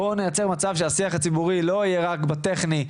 בואו נייצר מצב שהשיח הציבורי לא יהיה רק בטכני,